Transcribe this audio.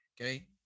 okay